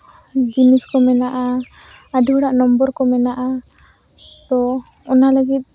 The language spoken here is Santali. ᱡᱤᱱᱤᱥ ᱠᱚ ᱢᱮᱱᱟᱜᱼᱟ ᱟᱹᱰᱤ ᱦᱚᱲᱟᱜ ᱱᱚᱢᱵᱚᱨ ᱠᱚ ᱢᱮᱱᱟᱜᱼᱟ ᱛᱚ ᱚᱱᱟ ᱞᱟᱹᱜᱤᱫ